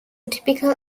typical